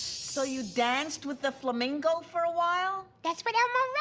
so you danced with the flamingo for a while? that's what elmo wrote,